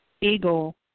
Eagle